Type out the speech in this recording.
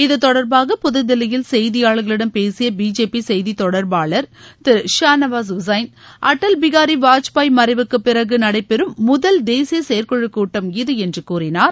இதுதொடர்பாக புதுதில்லியில் செய்தியாளர்களிடம் பேசிய பிஜேபி செய்தி தொடர்பாளர் திரு ஷா நவாஸ் உசைன் அடல் பிகாரி வாஜ்பாய் மறைவுக்கு பிறகு நடைபெறும் முதல் தேசிய செயற்குழு கூட்டம் இது என்று கூறினார்